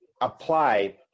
apply